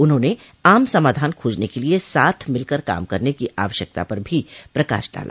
उन्होंने आम समाधान खोजने के लिये साथ मिलकर काम करने की आवश्यकता पर भी प्रकाश डाला